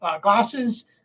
glasses